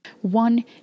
One